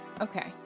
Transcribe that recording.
okay